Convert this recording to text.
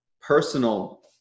personal